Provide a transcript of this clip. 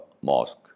mosque